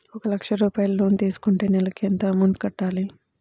ఒక లక్ష రూపాయిలు లోన్ తీసుకుంటే నెలకి ఎంత అమౌంట్ కట్టాలి?